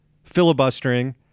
filibustering